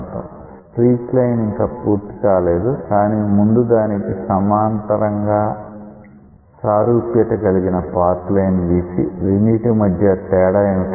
streak line ఇంకా పూర్తి కాలేదు కానీ ముందు దానికి సమాంతరం గా సారూప్యత కలిగిన పాత్ లైన్ గీసి రెండిటి మధ్య తేడా ఏమిటో చూద్దాం